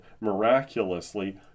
miraculously